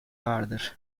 vardır